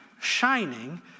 shining